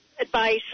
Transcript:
advice